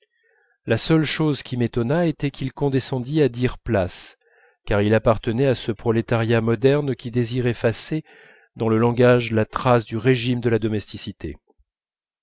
la seule chose qui m'étonnât était qu'il condescendît à dire place car il appartenait à ce prolétariat moderne qui désire effacer dans le langage la trace du régime de la